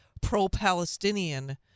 pro-palestinian